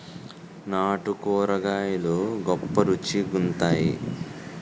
నాటు కూరగాయలు గొప్ప రుచి గుంత్తై